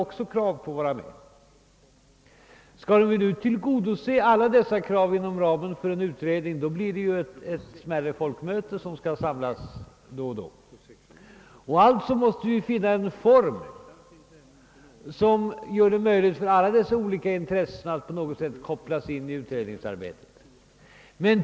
Skall vi tillgodose alla dessa krav inom ramen för en utredning blir det ett smärre folkmöte som skall samlas då och då. Alltså måste vi finna en form som gör det möjligt för alla dessa intressen att kopplas in i utredningsarbetet.